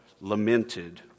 lamented